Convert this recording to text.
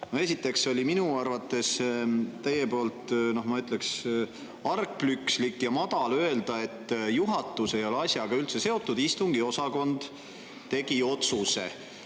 Esiteks oli minu arvates teie poolt, ma ütleks, argpükslik ja madal öelda, et juhatus ei ole asjaga üldse seotud, istungiosakond tegi otsuse.